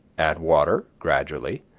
add water gradually,